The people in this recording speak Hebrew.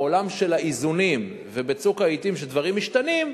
בעולם של האיזונים ובצוק העתים שדברים משתנים,